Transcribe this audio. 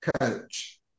coach